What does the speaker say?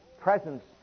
presence